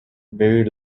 very